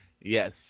yes